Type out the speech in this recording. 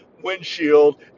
windshield